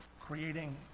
creating